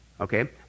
okay